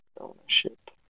ownership